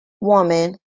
woman